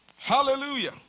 Hallelujah